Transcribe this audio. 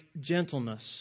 gentleness